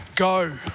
Go